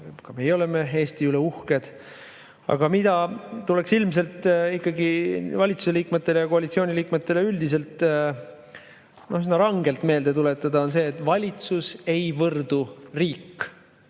meie oleme Eesti üle uhked. Aga mida tuleks ilmselt ikkagi valitsuse liikmetele ja koalitsiooni liikmetele üldiselt üsna rangelt meelde tuletada, on see, et valitsus ei võrdu riik.